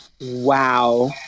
Wow